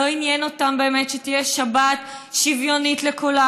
לא עניין אותם באמת שתהיה שבת שוויונית לכולם,